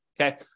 Okay